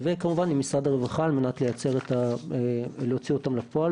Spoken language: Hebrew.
וכמובן עם משרד הרווחה על מנת להוציא אותן לפועל,